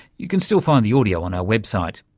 you can still find the audio on our website.